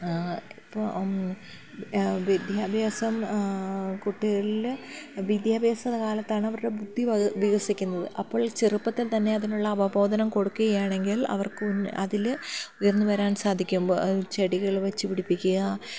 ഇപ്പം വിദ്യാഭ്യാസം കുട്ടികളിൽ വിദ്യാഭ്യാസ കാലത്താണ് അവരുടെ ബുദ്ധി വികസിക്കുന്നത് അപ്പോൾ ചെറുപ്പത്തിൽ തന്നെ അതിനുള്ള അവബോധം കൊടുക്കുകയാണെങ്കിൽ അവർക്ക് അതിൽ ഉയർന്നു വരാൻ സാധിക്കുമ്പോൾ ചെടികൾ വച്ചു പിടിപ്പിക്കുക